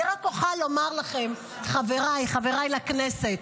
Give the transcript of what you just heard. אני רק אוכל לומר לכם, חבריי, חבריי לכנסת,